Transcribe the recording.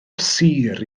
sir